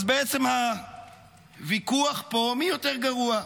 אז בעצם הוויכוח פה, מי יותר גרוע.